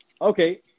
Okay